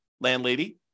landlady